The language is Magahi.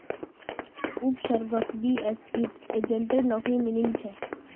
उपसर्गक बीएसईत एजेंटेर नौकरी मिलील छ